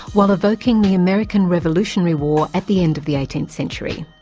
while evoking the american revolutionary war at the end of the eighteenth century.